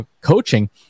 coaching